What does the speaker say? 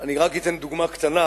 אני רק אתן דוגמה קטנה,